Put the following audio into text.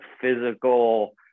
physical